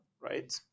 right